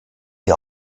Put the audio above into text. die